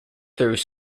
through